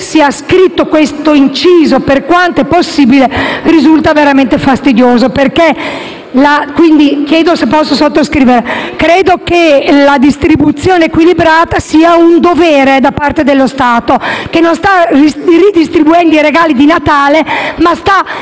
le parole «per quanto possibile» risultano veramente fastidiose. Credo che la distribuzione equilibrata sia un dovere da parte dello Stato, poiché non sta ridistribuendo i regali di Natale, bensì